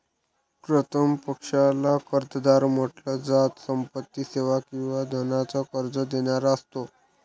प्रथम पक्षाला कर्जदार म्हंटल जात, संपत्ती, सेवा किंवा धनाच कर्ज देणारा असतो